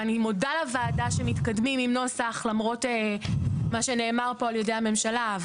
ואני מודה לוועדה שמתקדמים עם נוסח למרות מה שנאמר פה על ידי הממשלה,